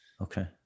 Okay